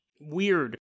weird